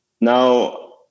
Now